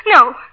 No